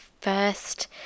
first